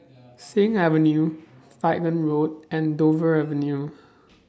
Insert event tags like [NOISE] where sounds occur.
[NOISE] Sing Avenue Falkland Road and Dover Avenue